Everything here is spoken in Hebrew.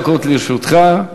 לרשותך.